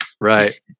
Right